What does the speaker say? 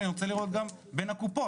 אני רוצה לראות גם בין הקופות,